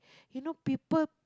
you know people